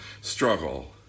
struggle